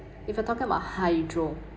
if you're talking about hydro